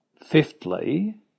Fifthly